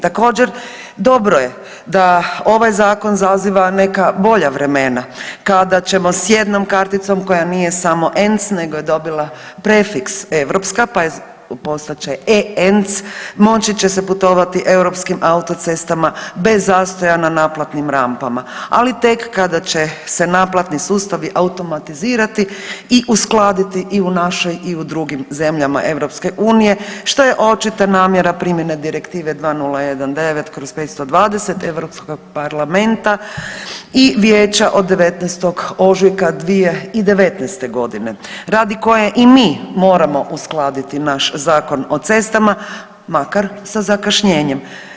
Također, dobro je da ovaj Zakona zaziva neka bolja vremena kada ćemo s jednom karticom koja nije samo ENC nego je dobila prefiks „europska“ pa postat će EENC, moći će se putovati europskim autocestama bez zastoja na naplatnim rampama, ali tek kada će se naplatni sustavi automatizirati i uskladiti u našoj i u drugim zemljama EU, što je očita namjera primjena Direktive 2019/520 EU Parlamenta i Vijeća od 19. ožujka 2019. g. radi koje i mi moramo uskladiti naš Zakon o cestama, makar sa zakašnjenjem.